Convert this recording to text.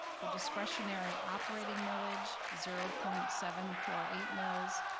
the discretionary operating millage zero point seven four eight mills.